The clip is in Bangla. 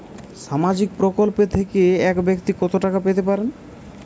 সামাজিক প্রকল্প থেকে এক ব্যাক্তি কত টাকা পেতে পারেন?